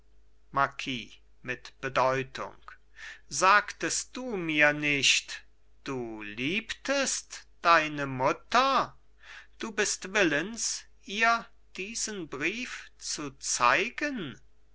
marquis mit bedeutung sagtest du mir nicht du liebtest deine mutter du bist willens ihr diesen brief zu zeigen